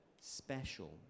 special